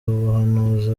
ubuhanuzi